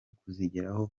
kuzigeraho